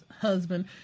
husband